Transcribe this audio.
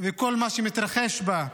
ועל כל מה שמתרחש בה.